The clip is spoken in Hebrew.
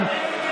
התשפ"ב 2022,